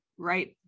Right